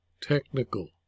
technical